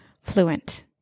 fluent